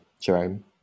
Jerome